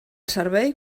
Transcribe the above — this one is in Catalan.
servei